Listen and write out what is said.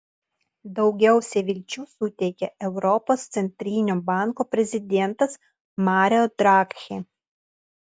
daugiausiai vilčių suteikė europos centrinio banko prezidentas mario draghi